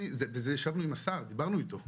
ישבנו עם השר, דיברנו איתו.